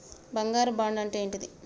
బంగారు బాండు అంటే ఏంటిది?